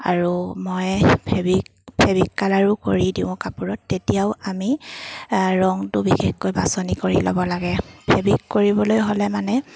আৰু মই fabric fabric কালাৰো কৰি দিওঁ কাপোৰত তেতিয়াও আমি ৰংটো বিশেষকৈ বাছনি কৰি ল'ব লাগে ফেবিক কৰিবলৈ হ'লে মানে